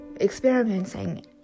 experimenting